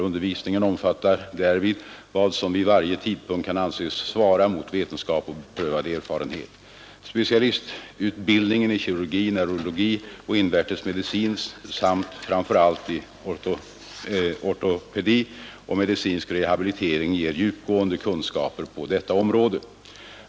Undervisningen omfattar därvid vad som vid varje tidpunkt kan anses svara mot vetenskap och beprövad erfarenhet; specialistutbildningen i kirurgi, neurologi och invärtes medicin samt framför allt i ortopedi och medicinsk rehabilitering ger fördjupade kunskaper på detta område.